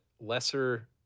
lesser